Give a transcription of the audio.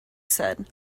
said